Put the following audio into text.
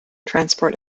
transport